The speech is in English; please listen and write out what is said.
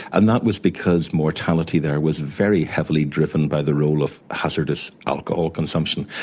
and that was because mortality there was very heavily driven by the role of hazardous alcohol consumption,